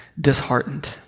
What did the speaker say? disheartened